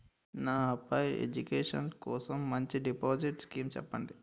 నా అబ్బాయి ఎడ్యుకేషన్ కోసం మంచి డిపాజిట్ స్కీం చెప్పండి